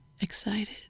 excited